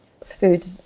food